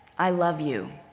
i love you,